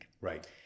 Right